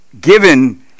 given